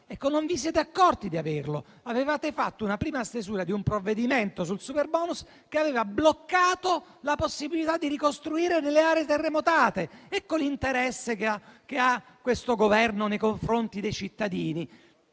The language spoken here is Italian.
non vi siete accorti di averlo. Avevate fatto una prima stesura di un provvedimento sul superbonus che aveva bloccato la possibilità di ricostruire nelle aree terremotate. Ecco l'interesse che ha questo Governo nei confronti dei cittadini: